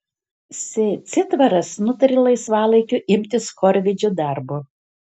s citvaras nutarė laisvalaikiu imtis chorvedžio darbo